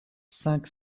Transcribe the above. cinq